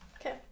Okay